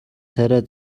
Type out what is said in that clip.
царай